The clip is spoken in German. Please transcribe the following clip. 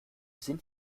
sind